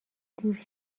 دیر